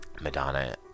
Madonna